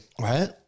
Right